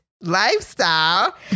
lifestyle